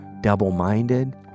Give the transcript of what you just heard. double-minded